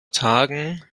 tagen